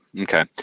Okay